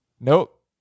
Nope